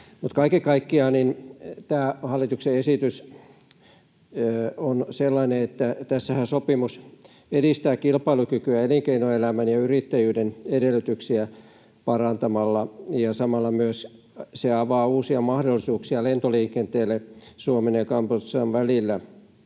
kaiken kaikkiaan tämä hallituksen esitys on sellainen, että tässähän sopimus edistää kilpailukykyä elinkeinoelämän ja yrittäjyyden edellytyksiä parantamalla, ja samalla se avaa uusia mahdollisuuksia lentoliikenteelle Suomen ja Kambodžan välillä.